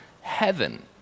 heaven